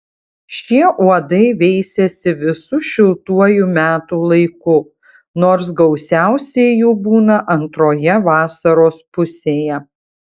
šie uodai veisiasi visu šiltuoju metų laiku nors gausiausiai jų būna antroje vasaros pusėje